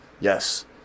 Yes